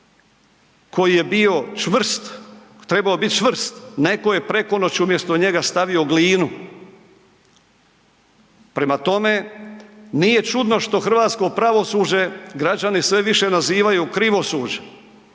koji je bio čvrst, trebao biti čvrst, netko je preko noći umjesto njega stavio glinu. Prema tome, nije čudno što hrvatsko pravosuđe građani sve više nazivaju krivosuđe.